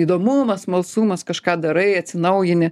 įdomumas smalsumas kažką darai atsinaujini